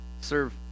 serve